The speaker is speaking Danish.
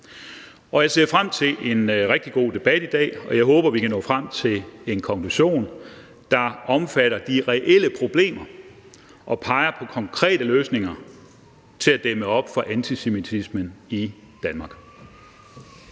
Jeg ser frem til en rigtig god debat i dag, og jeg håber, vi kan nå frem til en konklusion, der omfatter de reelle problemer og peger på konkrete løsninger til at dæmme op for antisemitismen i Danmark.